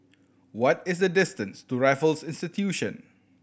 what is the distance to Raffles Institution